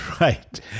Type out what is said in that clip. right